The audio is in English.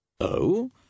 Oh